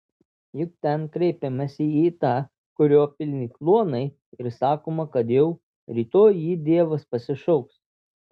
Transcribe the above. juk ten kreipiamasi į tą kurio pilni kluonai ir sakoma kad jau rytoj jį dievas pasišauks